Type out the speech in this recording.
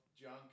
junk